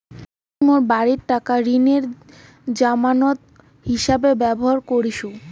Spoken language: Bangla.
মুই মোর বাড়িটাক ঋণের জামানত হিছাবে ব্যবহার করিসু